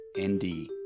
ND